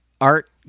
art